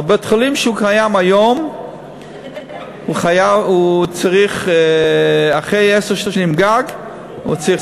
אבל מבית-החולים שבו הוא נמצא היום הוא צריך אחרי עשר שנים גג לפרוש.